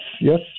yes